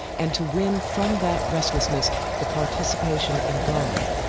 and to win from that restlessness the participation in god,